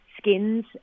skins